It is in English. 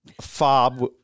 fob